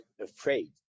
afraid